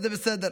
וזה בסדר.